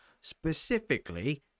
specifically